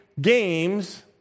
games